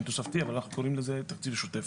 הם תוספתי, אבל אנחנו קוראים לזה תקציב שוטף.